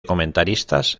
comentaristas